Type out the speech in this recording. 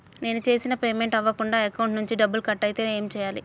నేను చేసిన పేమెంట్ అవ్వకుండా అకౌంట్ నుంచి డబ్బులు కట్ అయితే ఏం చేయాలి?